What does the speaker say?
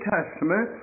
Testament